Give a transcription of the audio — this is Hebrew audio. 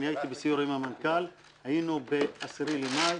היינו ב-10 במאי,